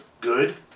good